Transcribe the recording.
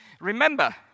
Remember